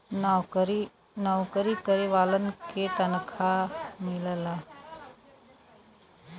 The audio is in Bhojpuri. नऊकरी करे वालन के तनखा मिलला